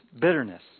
bitterness